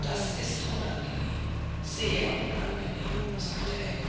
das ist unangenehm sehr unangenehm sagte ell